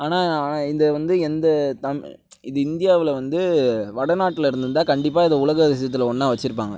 ஆனால் ஆனால் இந்த வந்து எந்த தமிழ் இது இந்தியாவில் வந்து வட நாட்டில் இருந்துயிருந்தா கண்டிப்பாக இதை உலக அதிசயத்தில் ஒன்னாக வச்சியிருப்பாங்க